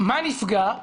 מה נפגע?